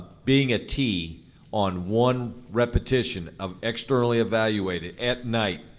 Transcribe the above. being a t on one repetition of externally evaluated at night,